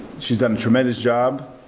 she's done a tremendous job.